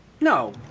No